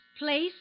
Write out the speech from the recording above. Place